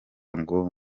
ngo